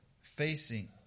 facing